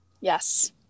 Yes